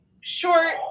short